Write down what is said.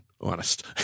honest